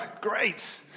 Great